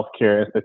healthcare